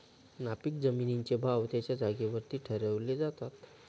नापीक जमिनींचे भाव त्यांच्या जागेवरती ठरवले जातात